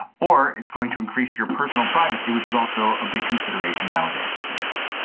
or it's going to increase your personal privacy which is also a big consideration nowadays. yes.